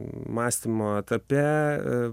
mąstymo etape